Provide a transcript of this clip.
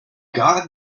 god